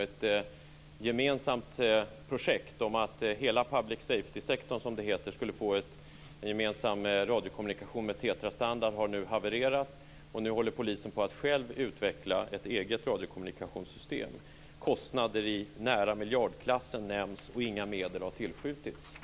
Ett gemensamt projekt om att hela public safety-sektorn, som det heter, skulle få gemensam radiokommunikation med TETRA-standard har nu havererat, och nu håller polisen på att själv utveckla ett eget radiokommunikationssystem. Kostnader i nära miljardklassen nämns, och inga medel har tillskjutits.